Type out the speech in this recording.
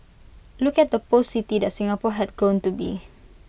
look at the post city that Singapore had grown to be